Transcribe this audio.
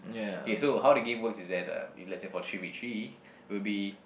K so how the games works is that uh if let's say three v three it would be